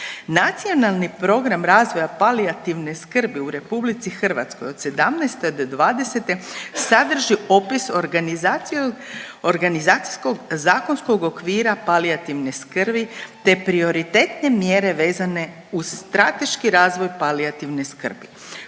Nacionalni program razvoja palijativne skrbi u Republici Hrvatskoj od sedamnaeste do dvadesete sadrži opis, organizacijskog zakonskog okvira palijativne skrbi te prioritetne mjere vezane uz strateški razvoj palijativne skrbi.